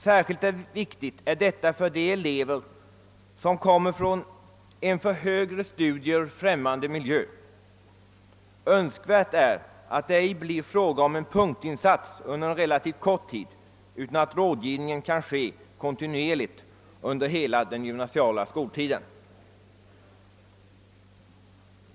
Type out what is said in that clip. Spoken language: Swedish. Särskilt viktigt är detta för de elever som kommer från en för högre studier främmande miljö. Önskvärt är att det inte blir fråga om en punktinsats under en relativt kort tid, utan att rådgivningen kan ske kontinuerligt under hela den gymnasiala skoltiden.